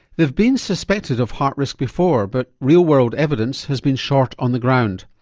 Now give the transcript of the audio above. they've been suspected of heart risk before but real world evidence has been short on the ground.